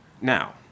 now